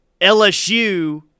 LSU